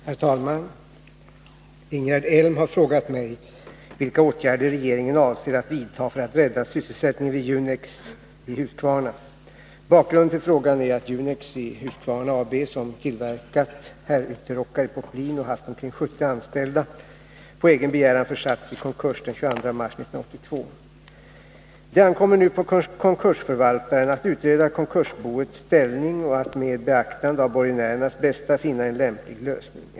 Herr talman! Ingegerd Elm har frågat mig vilka åtgärder regeringen avser att vidta för att rädda sysselsättningen vid Junex i Huskvarna. Bakgrunden till frågan är att Junex i Huskvarna AB, som tillverkat herrytterrockar i poplin och haft omkring 70 anställda, på egen begäran försattes i konkurs den 22 mars 1982. Det ankommer nu på konkursförvaltaren att utreda konkursboets ställning och att med beaktande av borgenärernas bästa finna en lämplig lösning.